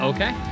Okay